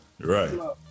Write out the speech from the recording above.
Right